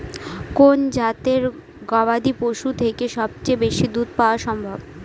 কোন জাতের গবাদী পশু থেকে সবচেয়ে বেশি দুধ পাওয়া সম্ভব?